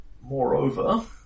Moreover